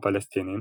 הפלסטינים,